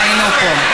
הינה, הוא פה.